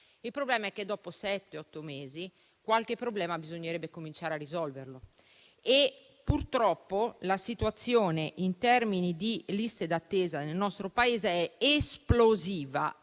il problema è che, dopo sette-otto mesi, qualche problema bisognerebbe cominciare a risolvere e purtroppo la situazione in termini di liste d'attesa nel nostro Paese è esplosiva.